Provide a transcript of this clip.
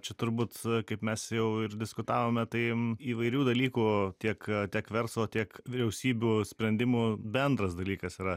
čia turbūt kaip mes jau ir diskutavome tai įvairių dalykų tiek tiek verslo tiek vyriausybių sprendimų bendras dalykas yra